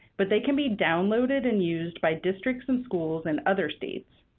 but they can be downloaded and used by districts and schools in other states.